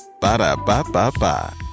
Ba-da-ba-ba-ba